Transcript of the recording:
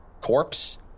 corpse